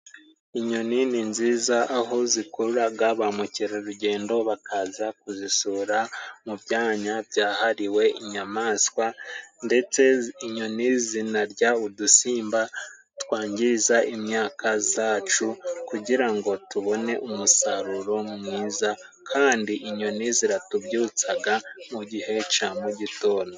Inyoni ni nziza aho zikururaga ba mukerarugendo bakaza kuzisura，mu byanya byahariwe inyamaswa， ndetse inyoni zinarya udusimba twangiza imyaka zacu，kugira ngo tubone umusaruro mwiza，kandi inyoni ziratubyutsaga mu gihe ca mugitondo.